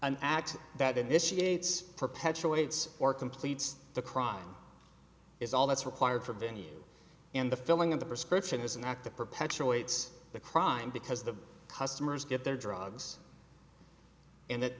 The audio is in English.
an act that initiate perpetuates or completes the crime is all that's required for venue in the filling of the prescription is an act that perpetuates the crime because the customers get their drugs and